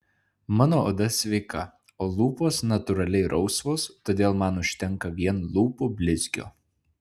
mano oda sveika o lūpos natūraliai rausvos todėl man užtenka vien lūpų blizgio